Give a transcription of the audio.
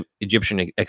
Egyptian